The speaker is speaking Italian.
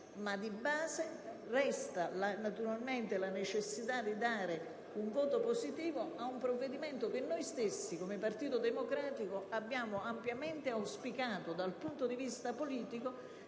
ma di base resta naturalmente la necessità di dare un voto positivo a un provvedimento che il Partito Democratico ha ampiamente auspicato dal punto di vista politico